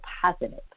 positive